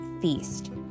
feast